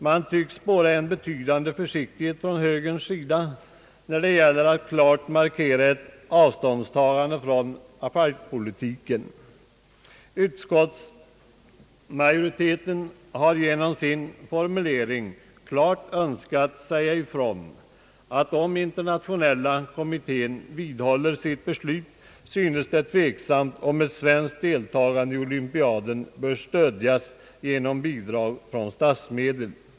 Man tycks spåra en betydande försiktighet från högerns sida när det gäller att klart markera avståndstagande från apartheidpolitiken. Utskottsmajoriteten har genom sin formulering klart velat säga ifrån att om internationella kommittén vidhåller sitt beslut, synes det tveksamt om ett svenskt deltagande i olympiaden bör stödjas genom bidrag av statsmedel.